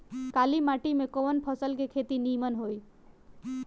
काली माटी में कवन फसल के खेती नीमन होई?